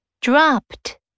Dropped